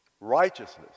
Righteousness